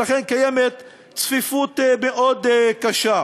ולכן קיימת צפיפות מאוד קשה.